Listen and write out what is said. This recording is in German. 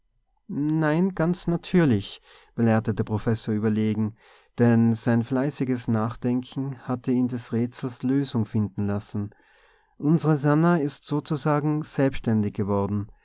nein ganz natürlich belehrte der professor überlegen denn sein fleißiges nachdenken hatte ihn des rätsels lösung finden lassen unsre sannah ist sozusagen selbständig geworden